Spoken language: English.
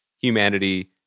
humanity